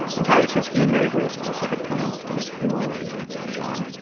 and tyler says he and mary grace also had plans to make funeral arrangements for john.